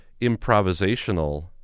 improvisational